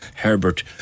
Herbert